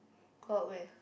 go out where